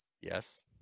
Yes